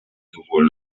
sowohl